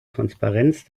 transparenz